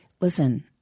Listen